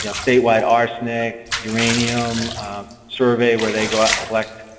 yeah statewide arsenic, uranium survey, where they go out and collect